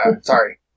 sorry